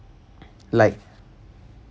like